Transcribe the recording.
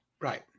Right